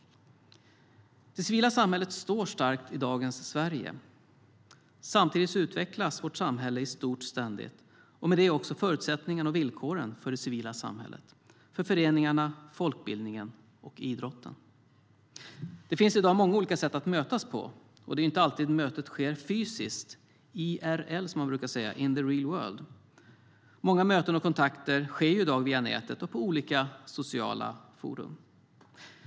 Det civila samhället står starkt i dagens Sverige. Samtidigt utvecklas vårt samhälle i stort ständigt och med det också förutsättningarna och villkoren för det civila samhället, för föreningarna, folkbildningen och idrotten. Det finns i dag många olika sätt att mötas på. Det är inte alltid mötet sker fysiskt, IRL, som man brukar säga, in real life. Många möten och kontakter sker i dag via nätet och på olika sociala forum.